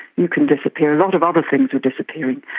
you can disappear, a lot of other things were disappearing,